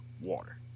water